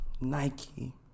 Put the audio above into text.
Nike